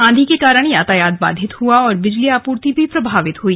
आंधी के कारण यातायात बाधित हुआ और बिजली आपूर्ति भी प्रभावित हुई